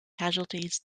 casualties